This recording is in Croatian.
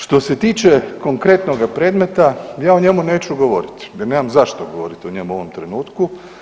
Što se tiče konkretnoga predmeta ja o njemu neću govoriti jer nemam zašto govoriti o njemu u ovom trenutku.